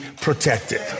protected